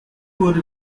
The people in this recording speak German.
wurde